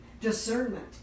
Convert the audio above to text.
discernment